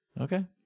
Okay